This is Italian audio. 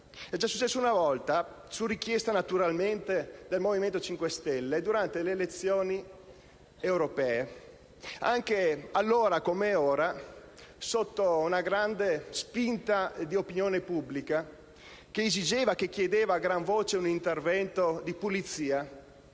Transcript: È già successo una volta, su richiesta, naturalmente, del Movimento 5 Stelle, durante le elezioni europee, e anche allora, come ora, sotto la grande spinta dell'opinione pubblica, che esigeva e chiedeva a gran voce un intervento di pulizia,